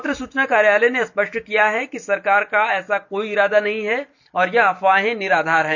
पत्र सूचना कार्यालय ने स्पष्ट किया कि सरकार का ऐसा कोई इरादा नहीं है और यह अफवाहें निराधार है